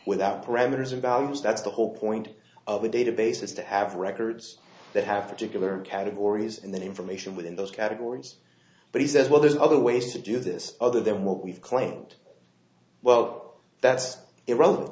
without parameters and values that's the whole point of the database is to have records that have tickler categories and then information within those categories but he says well there's other ways to do this other than what we've claimed well that's irrelevant